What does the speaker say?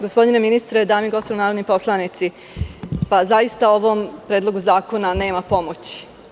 Gospodine ministre, dame i gospodo narodni poslanici, ovom predlogu zakona nema pomoći.